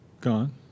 gone